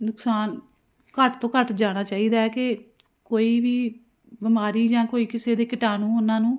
ਨੁਕਸਾਨ ਘੱਟ ਤੋਂ ਘੱਟ ਜਾਣਾ ਚਾਹੀਦਾ ਕਿ ਕੋਈ ਵੀ ਬਿਮਾਰੀ ਜਾਂ ਕੋਈ ਕਿਸੇ ਦੇ ਕੀਟਾਣੂ ਉਹਨਾਂ ਨੂੰ